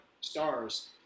stars